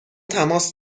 تماس